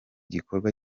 gikorwa